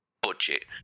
budget